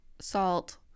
salt